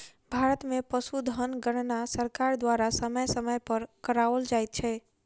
भारत मे पशुधन गणना सरकार द्वारा समय समय पर कराओल जाइत छै